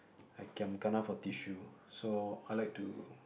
I giam kana for tissue so I like to